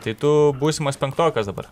tai tu būsimas penktokas dabar